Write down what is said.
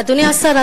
אדוני השר,